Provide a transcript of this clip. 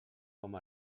com